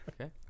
okay